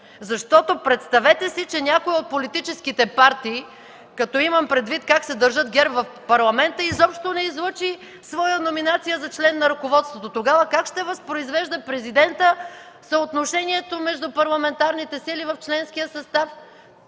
Защото, представете си че някоя от политическите партии, като имам предвид как се държат ГЕРБ в Парламента, изобщо не излъчи своя номинация за член на ръководството. Тогава как ще възпроизвежда президентът съотношението между парламентарните сили в членския състав?!